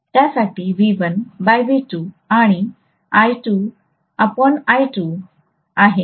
त्यासाठी V1 V2 आनी I2 I2आहे